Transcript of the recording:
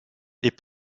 les